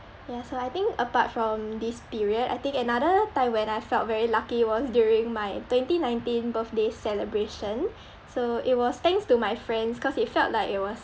ya so I think apart from this period I think another time when I felt very lucky was during my twenty nineteen birthday celebration so it was thanks to my friends cause it felt like it was